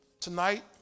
Tonight